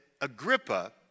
Agrippa